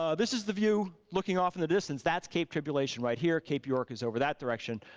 ah this is the view looking off in the distance, that's cape tribulation right here, cape york is over that direction,